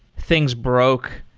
things broke,